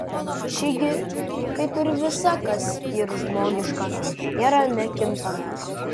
ši gi kaip ir visa kas yr žmogiška nėra nekintama